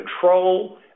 control